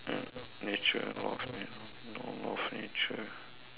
uh nature law of nature